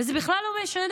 וזה בכלל לא משנה,